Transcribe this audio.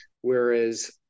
Whereas